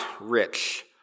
rich